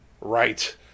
right